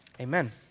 Amen